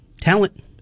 Talent